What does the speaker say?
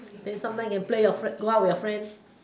then sometime you can play with your friend go out with your friend